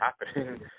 happening